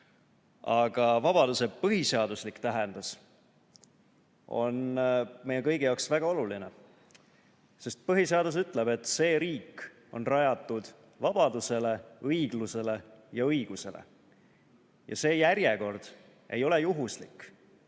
Aga vabaduse põhiseaduslik tähendus on meie kõigi jaoks väga oluline. Sest põhiseadus ütleb, et see riik on rajatud vabadusele, õiglusele ja õigusele. Ja see järjekord ei ole juhuslik.